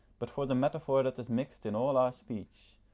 but for the metaphor that is mixed in all our speech,